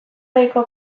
gabeko